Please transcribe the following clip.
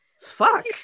Fuck